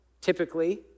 typically